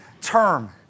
term